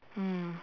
mm